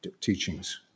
teachings